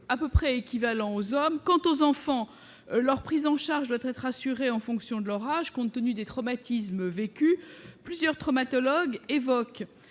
à peu près équivalent aux hommes quant aux enfants, leur prise en charge doit être assuré en fonction de l'orage, compte tenu des traumatismes vécus plusieurs traumatologie évoque